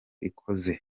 ikoze